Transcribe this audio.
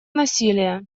насилия